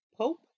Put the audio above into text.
Pope